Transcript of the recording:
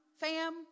fam